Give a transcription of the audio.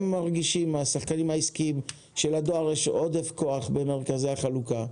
השחקנים העסקיים מרגישים שלדואר יש עודף כוח במרכזי החלוקה.